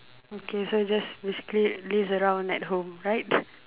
okay so just basically laze around at home right